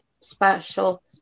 special